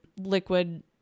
liquid